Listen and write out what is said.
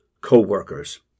co-workers